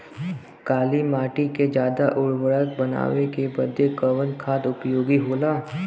काली माटी के ज्यादा उर्वरक बनावे के बदे कवन खाद उपयोगी होला?